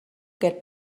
get